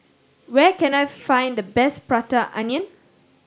where can I find the best Prata Onion